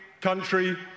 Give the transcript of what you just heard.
country